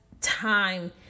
time